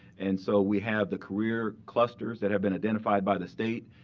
and so we have the career clusters that have been identified by the state.